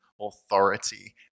authority